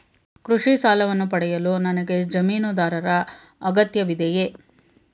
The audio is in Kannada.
ಕೃಷಿ ಸಾಲವನ್ನು ಪಡೆಯಲು ನನಗೆ ಜಮೀನುದಾರರ ಅಗತ್ಯವಿದೆಯೇ?